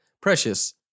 Precious